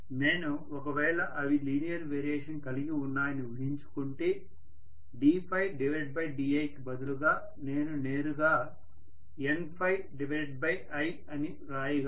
నేను ఒకవేళ అవి లీనియర్ వేరియేషన్ కలిగి ఉన్నాయని ఊహించుకుంటే ddiకి బదులుగా నేను నేరుగా Niఅని రాయగలను